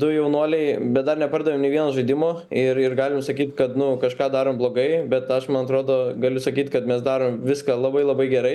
du jaunuoliai bet dar nepardavėm nei vieno žaidimo ir ir galim sakyt kad nu kažką darom blogai bet aš man atrodo galiu sakyt kad mes darom viską labai labai gerai